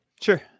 Sure